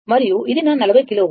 మరియు ఇది నా 40 కిలోΩ